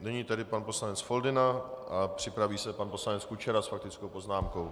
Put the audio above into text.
Nyní tedy pan poslanec Foldyna a připraví se pan poslanec Kučera s faktickou poznámkou.